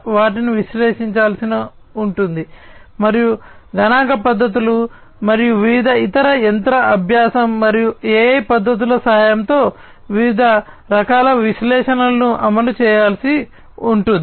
వాటిని విశ్లేషించాల్సి ఉంటుంది మరియు గణాంక పద్ధతులు మరియు వివిధ ఇతర యంత్ర అభ్యాసం మరియు AI పద్ధతుల సహాయంతో వివిధ రకాల విశ్లేషణలను అమలు చేయాల్సి ఉంటుంది